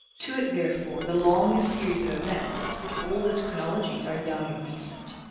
to it, therefore, the longest series of events, the oldest chronologies are young and recent.